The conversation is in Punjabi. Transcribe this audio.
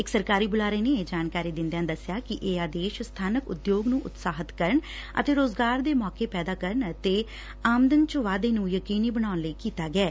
ਇਕ ਸਰਕਾਰੀ ਬੁਲਾਰੇ ਨੇ ਇਹ ਜਾਣਕਾਰੀ ਦਿਂਦਿਆਂ ਦਸਿਆ ੱਕੇ ਇਹ ਆਦੇਸ਼ ਸਬਾਨਕ ਉਦਯੋਗ ਨੂੰ ਉਤਸ਼ਾਹਿਤ ਕਰਨ ਅਤੇ ਰੋਜ਼ਗਾਰ ਦੇ ਮੌਕੇ ਪੈਦਾ ਕਰਨ ਅਤੇ ਆਮਦਨ ਚ ਵਾਧੇ ਨੂੰ ਯਕੀਨੀ ਬਣਾਉਣ ਲਈ ਕੀਤਾ ਗਿਐ